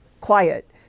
quiet